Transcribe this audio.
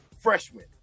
freshman